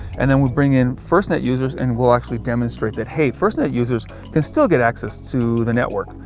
and then we bring in firstnet users and we'll actually demonstrate that, hey, firstnet users can still get access to the network.